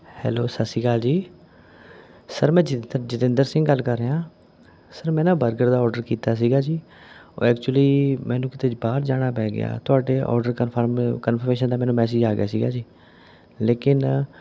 hello ਸਤਿ ਸ਼੍ਰੀ ਅਕਾਲ ਜੀ ਸਰ ਮੈਂ ਜਤ ਜਤਿੰਦਰ ਸਿੰਘ ਗੱਲ ਕਰ ਰਿਹਾਂ ਸਰ ਮੈਂ ਨਾ ਬਰਗਰ ਦਾ ਆਰਡਰ ਕੀਤਾ ਸੀਗਾ ਜੀ ਓਹ ਐਕਚੂਲੀ ਮੈਨੂੰ ਕਿਤੇ ਬਾਹਰ ਜਾਣਾ ਪੈ ਗਿਆ ਤੁਹਾਡੇ ਆਰਡਰ ਕਨਫ਼ਰਮ ਕਨਫਰਮੇਸ਼ਨ ਦਾ ਮੈਨੂੰ ਮੈਸੇਜ ਆ ਗਿਆ ਸੀਗਾ ਜੀ ਲੇਕਿਨ